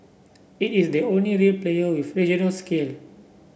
it is the only real player with regional scale